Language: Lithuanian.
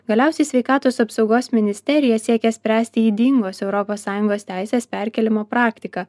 galiausiai sveikatos apsaugos ministerija siekia spręsti ydingos europos sąjungos teisės perkėlimo praktiką